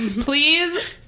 Please